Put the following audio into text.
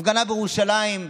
הפגנה בירושלים.